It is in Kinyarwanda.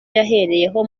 yahereyeho